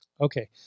Okay